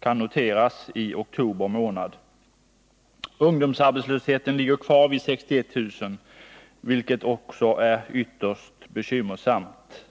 kunnat noteras ioktober månad. Ungdomsarbetslösheten ligger kvar vid 61 000, vilket också är ytterst bekymmersamt.